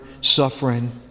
suffering